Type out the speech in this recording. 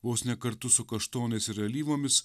vos ne kartu su kaštonais ir alyvomis